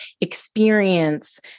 experience